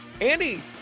Andy